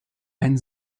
ein